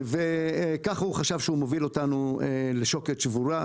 כך הוא חשב שהוא מוביל אותנו לשוקת שבורה,